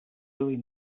really